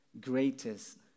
greatest